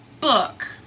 book